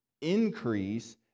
increase